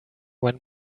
when